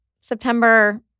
September